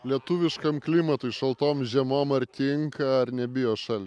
lietuviškam klimatui šaltom žiemom ar tinka ar nebijo šal